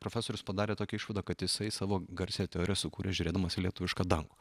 profesorius padarė tokią išvadą kad jisai savo garsiąją teoriją sukūrė žiūrėdamas į lietuvišką dangų